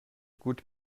gut